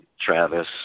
Travis